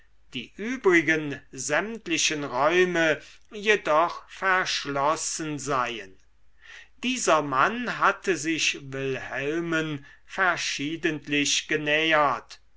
die übrigen sämtlichen räume jedoch verschlossen seien dieser mann hatte sich wilhelmen verschiedentlich genähert